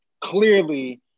clearly